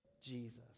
Jesus